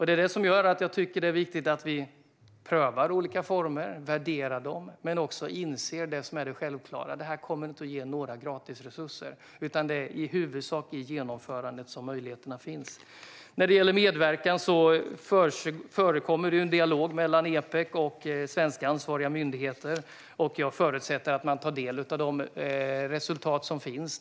Det är det som gör att jag tycker att det är viktigt att vi prövar olika former och värderar dem men också inser det självklara: Det här kommer inte att ge några gratisresurser, utan det är i huvudsak i genomförandet som möjligheterna finns. När det gäller medverkan förs en dialog mellan Epec och ansvariga svenska myndigheter, och jag förutsätter att man tar del av de resultat som finns.